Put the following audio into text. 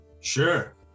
Sure